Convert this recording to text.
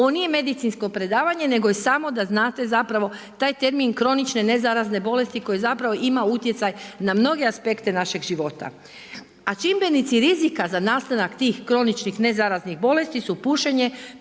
Ovo nije medicinsko predavanje nego je samo da znate zapravo taj termin kronične nezarazne bolesti koji zapravo ima utjecaj na mnoge aspekte našeg života. A čimbenici rizika za nastanak tih kroničnih nezaraznih bolesti su pušenje,